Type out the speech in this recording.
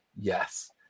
yes